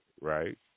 right